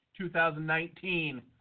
2019